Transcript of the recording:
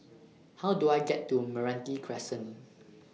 How Do I get to Meranti Crescent